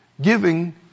giving